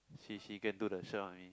she she can do the shirt on me